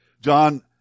John